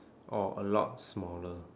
or a lot smaller